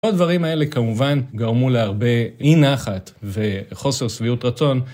כל הדברים האלה כמובן גרמו להרבה אי נחת וחוסר סביות רצון.